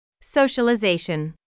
Socialization